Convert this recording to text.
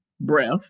breath